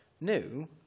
new